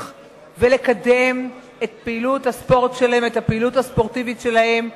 ולקדם את הפעילות הספורטיבית שלהן,